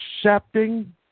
accepting